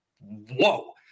whoa